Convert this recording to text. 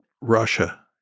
Russia